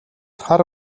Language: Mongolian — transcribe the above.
хар